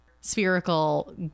spherical